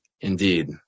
Indeed